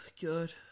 Good